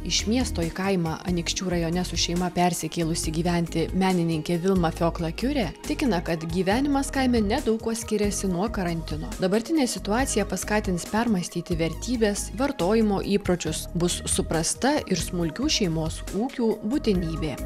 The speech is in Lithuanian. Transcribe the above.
iš miesto į kaimą anykščių rajone su šeima persikėlusi gyventi menininkė vilma fiokla kiure tikina kad gyvenimas kaime nedaug kuo skiriasi nuo karantino dabartinė situacija paskatins permąstyti vertybes vartojimo įpročius bus suprasta ir smulkių šeimos ūkių būtinybė